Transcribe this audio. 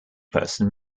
person